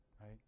Right